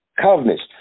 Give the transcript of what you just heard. covenants